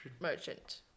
merchant